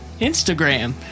Instagram